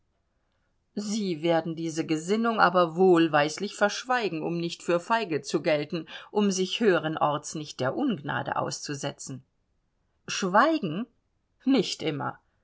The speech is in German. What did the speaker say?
sie werden diese gesinnung aber wohlweislich verschweigen um nicht für feige zu gelten um sich höheren orts nicht der ungnade auszusetzen schweigen nicht immer